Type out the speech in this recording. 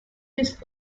this